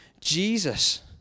Jesus